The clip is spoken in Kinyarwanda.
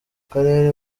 karere